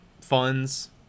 funds